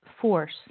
force